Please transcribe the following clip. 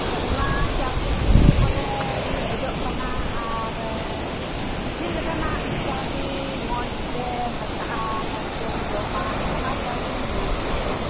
ᱚᱱᱟ ᱪᱟᱹᱣᱞᱤ ᱜᱮ ᱵᱚᱞᱮᱧ ᱠᱷᱚᱡᱚᱜ ᱠᱟᱱᱟ ᱟᱨ ᱪᱮᱫ ᱞᱮᱠᱟᱱᱟᱜ ᱪᱟᱹᱣᱞᱤ ᱢᱚᱡᱽ ᱛᱮ ᱫᱟᱠᱟᱜᱼᱟ ᱢᱚᱡᱽ ᱛᱮᱧ ᱡᱚᱢᱟ ᱚᱱᱟ ᱪᱟᱹᱣᱞᱤᱧ ᱢᱮᱱ ᱚᱪᱚᱭᱮᱫᱟ